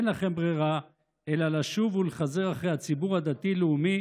אין לכם ברירה אלא לשוב ולחזר אחרי הציבור הדתי-לאומי